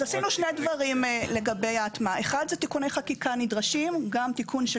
עשינו שני דברים לגבי ההטמעה: תיקוני חקיקה נדרשים גם תיקון של